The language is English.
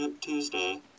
Tuesday